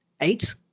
eight